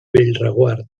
bellreguard